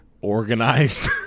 organized